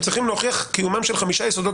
הם צריכים להוכיח קיומם של חמישה יסודות